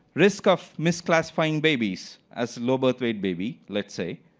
risk of misclassifying babies as low birth weight baby, let's say.